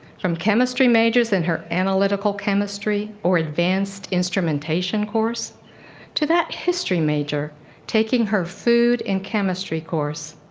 from chemistry majors in her analytical chemistry or advanced instrumentation course to that history major taking her food in chemistry course.